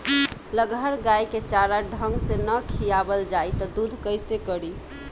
लगहर गाय के चारा ढंग से ना खियावल जाई त दूध कईसे करी